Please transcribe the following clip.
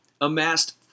amassed